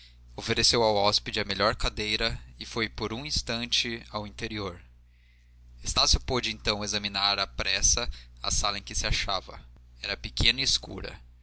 ofereceu ao hóspede a melhor cadeira e foi por um instante ao interior estácio pôde então examinar à pressa a sala em que se achava era pequena e escura